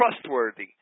trustworthy